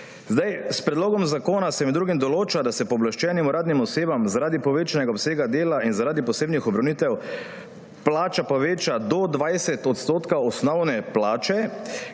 S predlogom zakona se med drugim določa, da se pooblaščenim uradnim osebam zaradi povečanega obsega dela in zaradi posebnih obremenitev plača poveča za do 20 % osnovne plače,